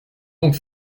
donc